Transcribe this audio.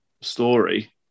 story